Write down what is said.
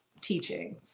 teaching